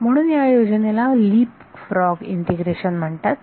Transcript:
म्हणूनच ह्या योजनेला लीपफ्रॉग इंटिग्रेशन असे म्हणतात